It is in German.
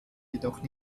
jedoch